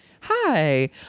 hi